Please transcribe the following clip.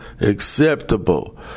acceptable